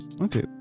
okay